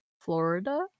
Florida